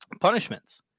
punishments